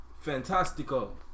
Fantastical